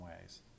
ways